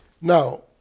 Now